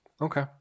Okay